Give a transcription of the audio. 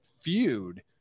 feud